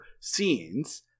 scenes